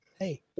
Hey